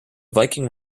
viking